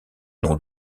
nom